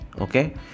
okay